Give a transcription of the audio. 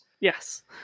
Yes